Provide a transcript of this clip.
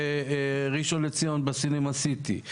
בראשון לציון ב"סינמה סיטי",